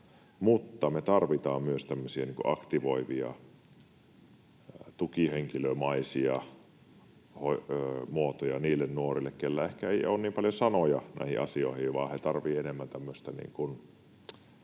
mutta me tarvitaan myös tämmöisiä aktivoivia, tukihenkilömäisiä muotoja niille nuorille, joilla ehkä ei ole niin paljon sanoja näihin asioihin vaan jotka tarvitsevat enemmän tämmöistä